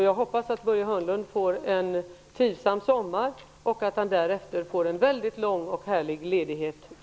Jag hoppas att Börje Hörnlund får en trivsam sommar och därefter en lång och härlig ledighet.